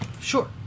Sure